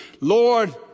Lord